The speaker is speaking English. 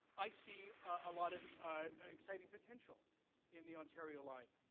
i see a lot of exciting potential in the ontario line.